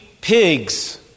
pigs